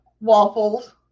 waffles